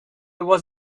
was